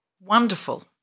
wonderful